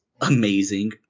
amazing